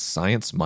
Science